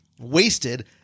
wasted